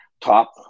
top